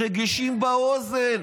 רגישים באוזן.